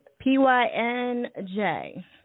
P-Y-N-J